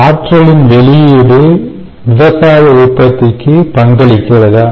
ஆற்றலின் வெளியீடு விவசாய உற்பத்திக்கு பங்களிக்கிறதா